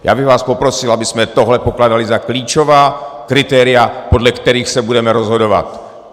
Já bych vás poprosil, abychom tohle pokládali za klíčová kritéria, podle kterých se budeme rozhodovat.